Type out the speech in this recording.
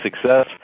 Success